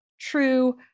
true